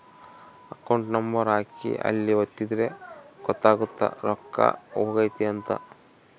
account number ಹಾಕಿ ಅಲ್ಲಿ ಒತ್ತಿದ್ರೆ ಗೊತ್ತಾಗುತ್ತ ರೊಕ್ಕ ಹೊಗೈತ ಅಂತ